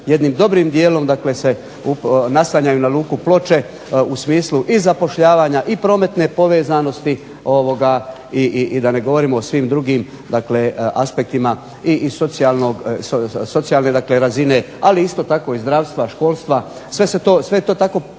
jednim dobrim dijelom se naslanja na Luku Ploče u smislu i zapošljavanja i prometne povezanosti i da ne govorimo o svim drugim aspektima i socijalne razine, ali isto tako i zdravstva, školstva. Sve je to tako